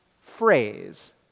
phrase